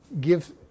give